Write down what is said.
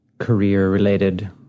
career-related